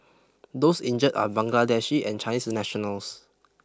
those injured are Bangladeshi and Chinese nationals